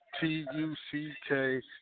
T-U-C-K